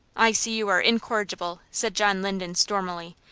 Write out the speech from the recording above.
i see you are incorrigible, said john linden, stormily.